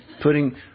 putting